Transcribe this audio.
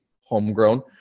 homegrown